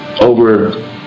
over